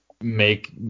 make